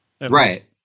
Right